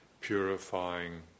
purifying